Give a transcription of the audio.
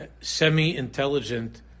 semi-intelligent